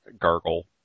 gargle